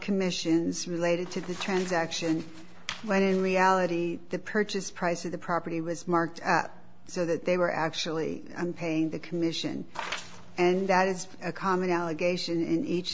commissions related to the transaction when in reality the purchase price of the property was marked so that they were actually paying the commission and that is a common allegation in each